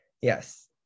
yes